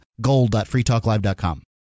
gold.freetalklive.com